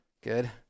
Good